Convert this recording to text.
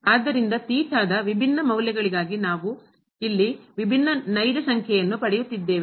ಆದ್ದರಿಂದ ಥೀಟಾದ ವಿಭಿನ್ನ ಮೌಲ್ಯಗಳಿಗಾಗಿ ಇಲ್ಲಿ ನಾವು ವಿಭಿನ್ನ ನೈಜ ಸಂಖ್ಯೆಯನ್ನು ಪಡೆಯುತ್ತಿದ್ದೇವೆ